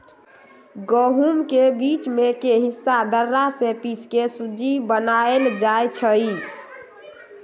गहुम के बीच में के हिस्सा दर्रा से पिसके सुज्ज़ी बनाएल जाइ छइ